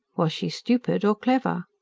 was she stupid or clever?